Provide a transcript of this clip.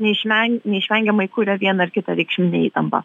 neišve neišvengiamai kuria vieną ar kitą reikšminę įtampą